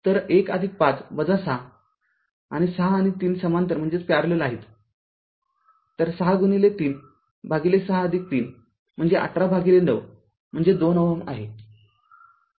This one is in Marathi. तर१५ ६ आणि ६ आणि ३ समांतर आहेत तर ६ गुणिले ३ भागिले ६३ म्हणजे १८ भागिले ९ म्हणजे २ Ω आहे